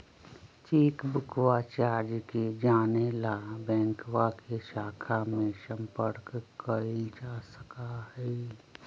चेकबुकवा चार्ज के जाने ला बैंकवा के शाखा में संपर्क कइल जा सका हई